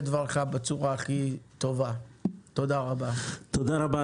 תודה רבה,